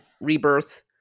Rebirth